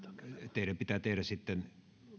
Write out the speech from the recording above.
teidän pitää tehdä